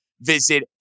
visit